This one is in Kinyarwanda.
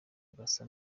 agasa